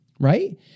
Right